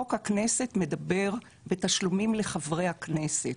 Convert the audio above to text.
חוק הכנסת מדבר בתשלומים לחברי הכנסת.